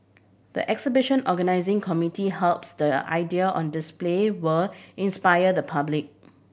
the exhibition organising committee hopes the idea on display will inspire the public